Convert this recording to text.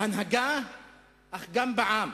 בהנהגה אך גם בעם.